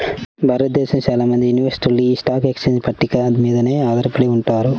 భారతదేశంలో చాలా మంది ఇన్వెస్టర్లు యీ స్టాక్ ఎక్స్చేంజ్ పట్టిక మీదనే ఆధారపడి ఉంటారు